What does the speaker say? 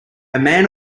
man